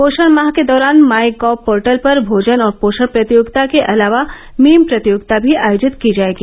पोषण माह के दौरान माई गॉव पोर्टल पर भोजन और पोषण प्रतियोगिता के अलावा मीम प्रतियोगिता भी आयोजित की जाएगी